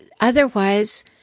otherwise